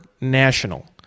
national